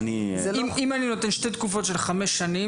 אם אני נותן שתי תקופות של חמש שנים